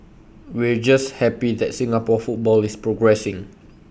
we're just happy that Singapore football is progressing